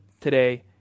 today